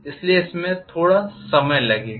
इसलिए इसमें थोड़ा समय लगेगा